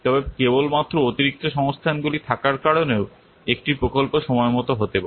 তবে কেবলমাত্র অতিরিক্ত সংস্থানগুলি থাকার কারণেও একটি প্রকল্প সময়মত হতে পারে